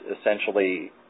essentially